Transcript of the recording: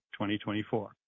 2024